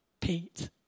Pete